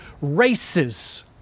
races